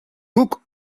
guk